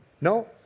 No